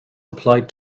applied